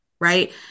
right